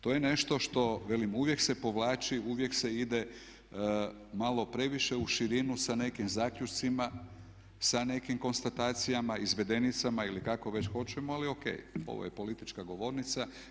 To je nešto što, velim uvijek se povlači, uvijek se ide malo previše u širinu sa nekim zaključcima, sa nekim konstatacijama, izvedenicama ili kako već hoćemo ali O.K., ovo je politička govornica.